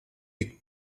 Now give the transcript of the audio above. big